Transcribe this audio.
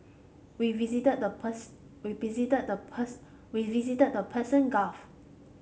we visited the we visited the we visited the Persian Gulf